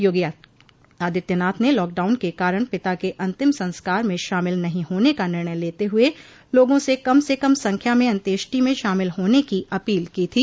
योगी आदित्यनाथ ने लॉकडाउन के कारण पिता के अंतिम संस्कार में शामिल नहीं होने का निर्णय लेते हुए लोगों से कम से कम संख्या में अन्त्येष्टि में शामिल होने की अपील की थी